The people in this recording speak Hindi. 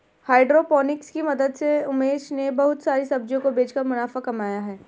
हाइड्रोपोनिक्स की मदद से उमेश ने बहुत सारी सब्जियों को बेचकर मुनाफा कमाया है